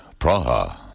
Praha